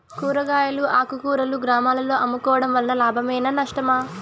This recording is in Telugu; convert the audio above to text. కూరగాయలు ఆకుకూరలు గ్రామాలలో అమ్ముకోవడం వలన లాభమేనా నష్టమా?